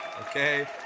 Okay